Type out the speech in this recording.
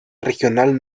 regional